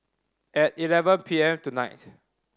at eleven P M tonight